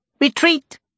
retreat